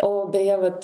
o beje vat